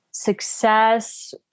Success